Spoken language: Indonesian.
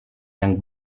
yang